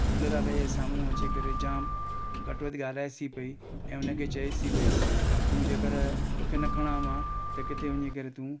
झूलेलाल जे साम्हूं अची करे जामु घटि वधि ॻाल्हाए सी पई ऐं उनखे चइसि ई पई त तूं जेकर तोखे न खणां मां त किथे वञी करे तूं